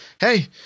hey